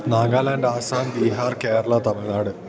Nagaland Assam Bihar Kerala Tamil Nadu